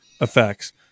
effects